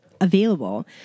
available